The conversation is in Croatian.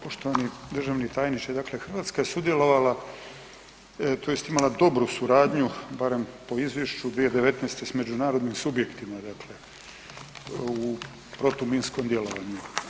Poštovani državni tajniče, dakle Hrvatska je sudjelovala tj. imala dobru suradnju barem po izvješću 2019.-te s međunarodnim subjektima dakle u protuminskom djelovanju.